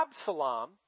Absalom